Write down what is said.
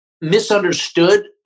misunderstood